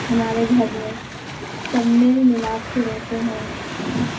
ہمارے گھر میں سب میل ملاف سے رہتے ہیں